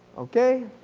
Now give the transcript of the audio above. okay.